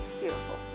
Beautiful